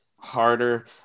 harder